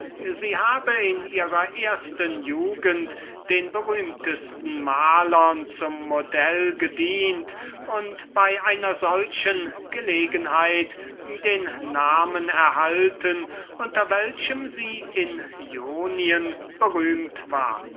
sie in ihrer ersten jugend den berühmtesten malern zum modell gedient habe und daß sie bei einer solchen gelegenheit den namen erhalten unter welchem sie in jonien berühmt war